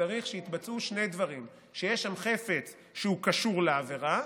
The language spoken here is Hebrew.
צריך שיתבצעו שני דברים: שיש שם חפץ שהוא קשור לעבירה,